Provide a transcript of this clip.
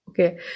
Okay